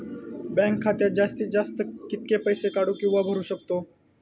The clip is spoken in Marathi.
बँक खात्यात जास्तीत जास्त कितके पैसे काढू किव्हा भरू शकतो?